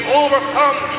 overcome